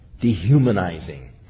dehumanizing